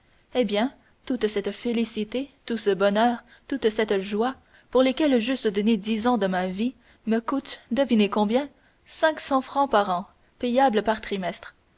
eh bien toute cette félicité tout ce bonheur toute cette joie pour lesquels j'eusse donné dix ans de ma vie me coûtent devinez combien cinq cents francs par an payables par trimestre